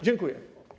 Dziękuję.